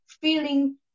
feeling